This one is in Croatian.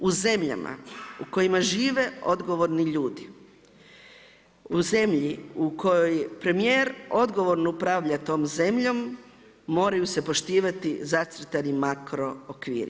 U zemljama u kojima žive odgovorni ljudi, u zemlji u kojoj premijer odgovorno upravlja tom zemljom moraju se poštivati zacrtani makro okviri.